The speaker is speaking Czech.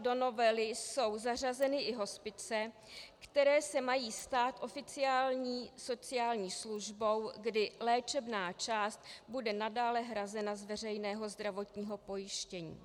Do novely jsou zařazeny i hospice, které se mají stát oficiální sociální službou, kdy léčebná část bude nadále hrazena z veřejného zdravotního pojištění.